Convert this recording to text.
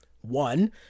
One